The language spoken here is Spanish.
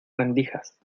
rendijas